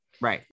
Right